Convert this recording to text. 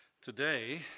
today